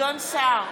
גדעון סער,